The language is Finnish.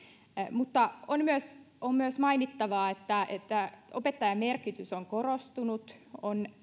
mutta on myös on myös mainittava että että opettajan merkitys on korostunut on ollut